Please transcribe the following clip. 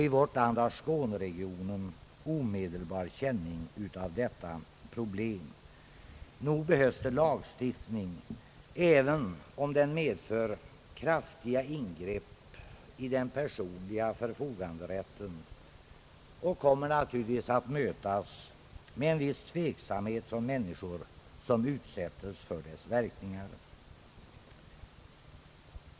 I vårt land har skåneregionen omedelbar känning av detta problem. Nog behövs det lagstiftning, även om den medför kraftiga ingrepp i den personliga förfogan derätten och naturligtvis kommer att mötas med en viss tveksamhet från människor som utsättes för dess verkningar.